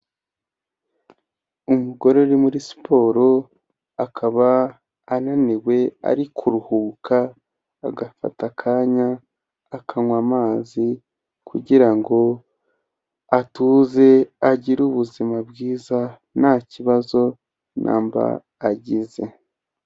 Umugore uri muri siporo, akaba ananiwe ari kuruhuka, agafata akanya, akanywa amazi, kugira ngo atuze, agire ubuzima bwiza, ntaki kibazo na mba agize.